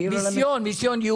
הכוונה למיסיון,